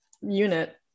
unit